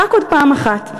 רק עוד פעם אחת,